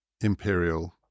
imperial